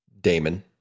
Damon